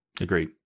Agreed